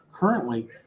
Currently